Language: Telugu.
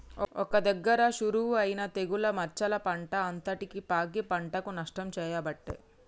ఒక్క దగ్గర షురువు అయినా తెగులు మచ్చలు పంట అంతటికి పాకి పంటకు నష్టం చేయబట్టే